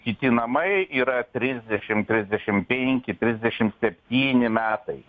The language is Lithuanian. kiti namai yra trisdešim trisdešim penki trisdešim septyni metai